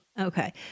Okay